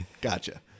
Gotcha